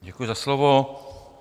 Děkuji za slovo.